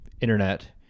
internet